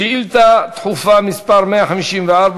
שאילתה דחופה מס' 154